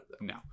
No